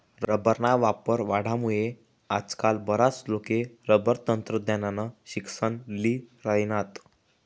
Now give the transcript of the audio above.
रबरना वापर वाढामुये आजकाल बराच लोके रबर तंत्रज्ञाननं शिक्सन ल्ही राहिनात